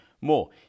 more